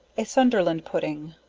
a sunderland pudding.